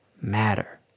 matter